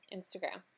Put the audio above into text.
Instagram